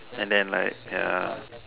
and then like ya